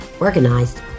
organized